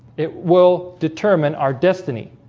it will determine our destiny